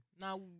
now